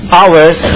hours